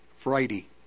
Friday